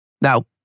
Now